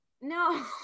No